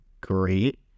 great